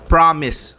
Promise